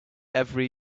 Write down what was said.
every